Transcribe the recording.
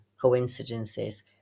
coincidences